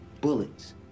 bullets